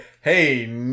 Hey